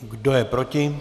Kdo je proti?